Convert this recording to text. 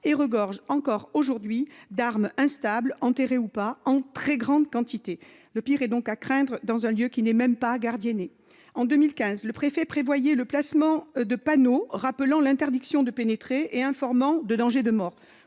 et regorge encore aujourd'hui d'armes instables, enterrées ou pas, en très grande quantité. Le pire est à craindre dans un lieu qui n'est même pas gardienné ! En 2015, le préfet prévoyait le placement de panneaux rappelant l'interdiction de pénétrer et informant du danger de mort